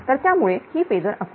तर त्यामुळे ही फेजर आकृती